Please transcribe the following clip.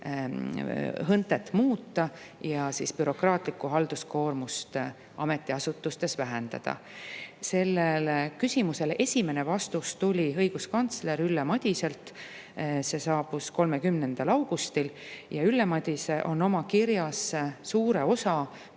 HÕNTE-t muuta ja bürokraatlikku halduskoormust ametiasutustes vähendada. Sellele küsimusele esimene vastus tuli õiguskantsler Ülle Madiselt. See saabus 30. augustil. Ülle Madise on oma kirjas suure osa